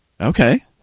Okay